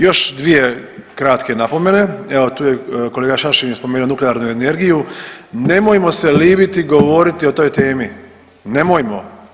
Još dvije kratke napomene, evo tu je kolega Šašlin je spomenuo nuklearnu energiju, nemojmo se libiti govoriti o toj temi, nemojmo.